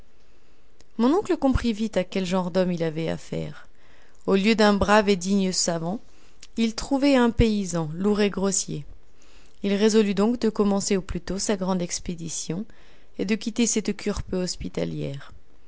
mon oncle comprit vite à quel genre d'homme il avait affaire au lieu d'un brave et digne savant il trouvait un paysan lourd et grossier il résolut donc de commencer au plus tôt sa grande expédition et de quitter cette cure peu hospitalière